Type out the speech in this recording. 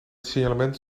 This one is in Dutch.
signalement